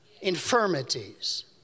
infirmities